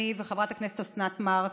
אני וחברת הכנסת אוסנת מארק,